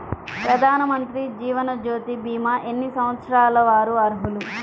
ప్రధానమంత్రి జీవనజ్యోతి భీమా ఎన్ని సంవత్సరాల వారు అర్హులు?